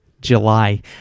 July